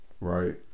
right